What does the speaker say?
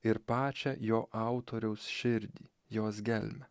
ir pačią jo autoriaus širdį jos gelmę